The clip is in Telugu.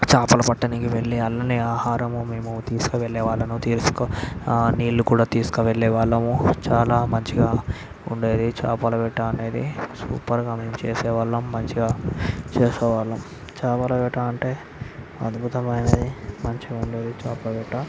చేపలు పట్టడానికి వెళ్ళి అల్లనే ఆహారము మేము తీసుకువెళ్ళే వాళ్ళను తెలుసుకో నీళ్ళు కూడా తీసుకు వెళ్ళే వాళ్ళము చాలా మంచిగా ఉండేది చేపల వేట అనేది సూపర్గా మేము చేసే వాళ్ళం మంచిగా చేసే వాళ్ళం చేపల వేట అంటే అద్భుతమైనది మంచిగా ఉండేది చేపల వేట